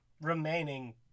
remaining